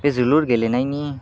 बे जोलुर गेलेनायनि